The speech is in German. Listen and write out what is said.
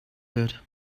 wird